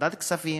ועדת כספים,